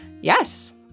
yes